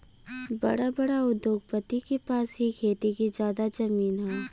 बड़ा बड़ा उद्योगपति के पास ही खेती के जादा जमीन हौ